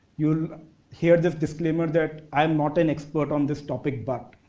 you'll hear this disclaimer that i'm not an expert on this topic but,